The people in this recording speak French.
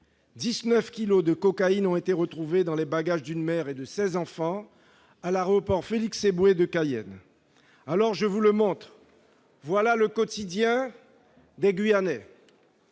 19 kilos de cocaïne ont été retrouvés dans les bagages d'une mère et de ses enfants à l'aéroport Félix-Éboué de Cayenne. Voilà le quotidien des Guyanais